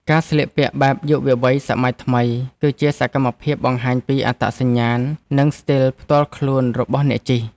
ការស្លៀកពាក់បែបយុវវ័យសម័យថ្មី គឺជាសកម្មភាពបង្ហាញពីអត្តសញ្ញាណ និងស្ទីលផ្ទាល់ខ្លួនរបស់អ្នកជិះ។